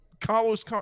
Carlos